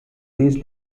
these